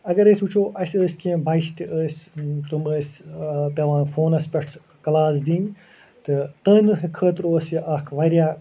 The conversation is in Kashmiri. اگرأسۍ وٕچھو اَسہِ ٲسۍ کیٚنٛہہ بچہِ تہِ ٲسۍ تِم ٲسۍ پٮ۪وان فونس پٮ۪ٹھ کٕلاس دِنۍ تہٕ تٕنہٕ خٲطرٕ اوس یہِ اکھ وارِیاہ